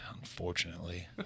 Unfortunately